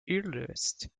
earliest